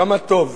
כמה טוב,